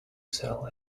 sell